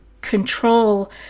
control